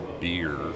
beer